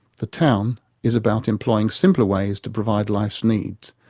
the town is about employing simpler ways to provide life's needs.